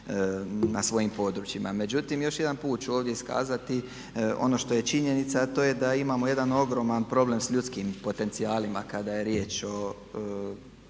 na svojim područjima. Međutim, još jedan put ću ovdje iskazati ono što je činjenica, a to je da imamo jedan ogroman problem sa ljudskim potencijalima kada je riječ o